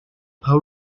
how